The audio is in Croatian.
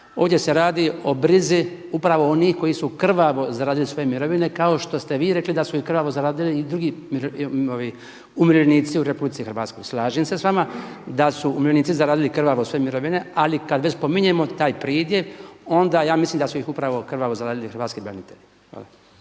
Ovdje se radi o brizi upravo onih koji su krvavo zaradili svoje mirovine kao što ste vi rekli kao što ste vi rekli da su krvavo zaradili i drugi umirovljenici u Republici Hrvatskoj. Slažem se s vama da su umirovljenici zaradili krvavo svoje mirovine, ali kad već spominjemo taj pridjev onda ja mislim da su ih upravo krvavo zaradili hrvatski branitelji.